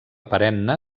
perenne